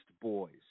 boys